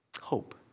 hope